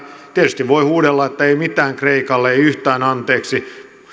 tietysti voi huudella että ei mitään kreikalle ei yhtään anteeksi